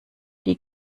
die